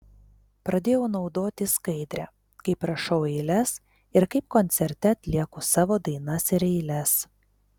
pradėjau naudoti skaidrę kaip rašau eiles ir kaip koncerte atlieku savo dainas ir eiles